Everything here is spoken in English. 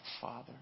Father